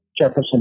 Jefferson